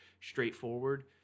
straightforward